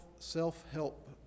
self-help